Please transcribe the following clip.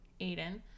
Aiden